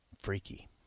Freaky